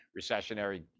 recessionary